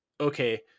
okay